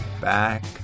back